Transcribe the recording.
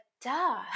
duh